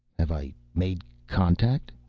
have i made contact?